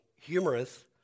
Humorous